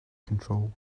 control